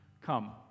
come